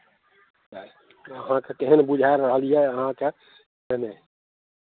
अहाँकेँ केहन बुझा रहल यए अहाँकेँ नहि नहि